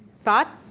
thought?